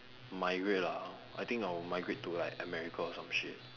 migrate lah I think I will migrate to like america or some shit